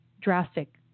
drastic